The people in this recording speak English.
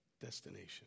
destination